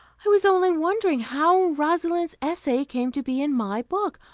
i was only wondering how rosalind's essay came to be in my book.